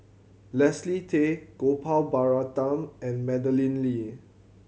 Leslie Tay Gopal Baratham and Madeleine Lee